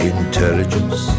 Intelligence